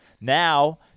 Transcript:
Now